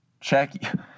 Check